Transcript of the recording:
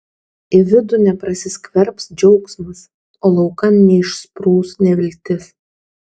į vidų neprasiskverbs džiaugsmas o laukan neišsprūs neviltis